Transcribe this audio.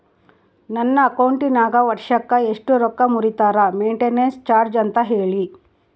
ನನ್ನ ಅಕೌಂಟಿನಾಗ ವರ್ಷಕ್ಕ ಎಷ್ಟು ರೊಕ್ಕ ಮುರಿತಾರ ಮೆಂಟೇನೆನ್ಸ್ ಚಾರ್ಜ್ ಅಂತ ಹೇಳಿ?